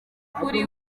kuri